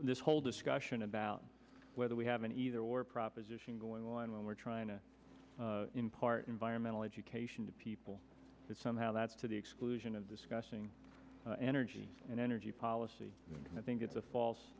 this whole discussion about whether we have an either or proposition going on when we're trying to impart environmental education to people that somehow that's to the exclusion of discussing energy and energy policy and i think it's a false